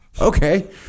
Okay